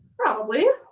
probably?